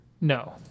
no